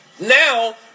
Now